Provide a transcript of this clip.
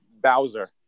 Bowser